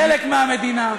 חלק מהמדינה.